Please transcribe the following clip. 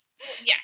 Yes